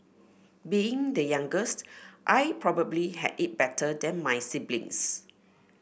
being the youngest I probably had it better than my siblings